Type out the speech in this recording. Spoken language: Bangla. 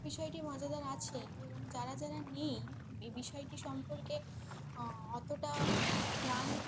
বিষয়টি মজাদার আছেই এবং যারা যারা নেই এ বিষয়টি সম্পর্কে অতটা জ্ঞান